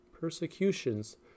persecutions